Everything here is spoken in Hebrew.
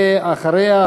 ואחריה,